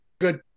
good